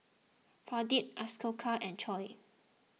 Pradip Ashoka and Choor